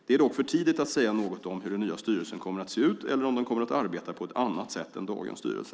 Det är dock för tidigt att säga något om hur den nya styrelsen kommer att se ut eller om den kommer att arbeta på ett annat sätt än dagens styrelse.